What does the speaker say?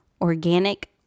Organic